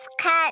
Cut